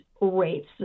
rates